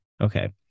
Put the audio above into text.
Okay